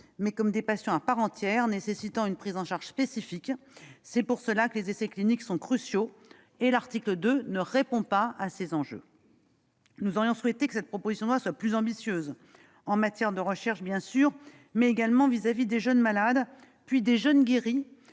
mais comme des patients à part entière, nécessitant une prise en charge spécifique. C'est pour cela que les essais cliniques sont cruciaux, et l'article 2 ne répond pas à ces enjeux. Nous aurions souhaité que cette proposition de loi soit plus ambitieuse, en matière de recherche bien sûr, mais également vis-à-vis des jeunes malades, puis des jeunes guéris,